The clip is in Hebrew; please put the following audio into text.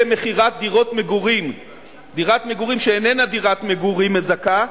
מכירת דירת מגורים שאיננה דירת מגורים מזכה,